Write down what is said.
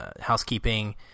housekeeping